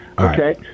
Okay